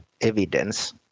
evidence